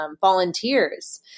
volunteers